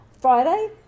Friday